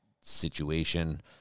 situation